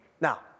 Now